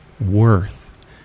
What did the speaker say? worth